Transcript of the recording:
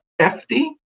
FD